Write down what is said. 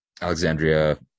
Alexandria